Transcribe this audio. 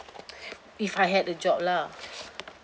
if I had a job lah